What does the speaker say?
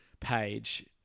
page